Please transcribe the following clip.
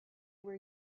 were